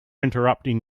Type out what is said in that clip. interrupting